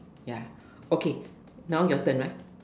ya okay now your turn